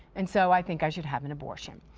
and so, i think i should have an abortion.